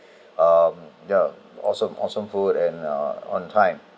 um they're awesome awesome food and uh on time